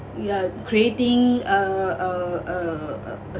you are creating uh uh uh uh